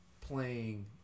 playing